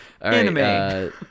Anime